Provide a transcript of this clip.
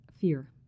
fear